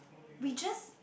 we just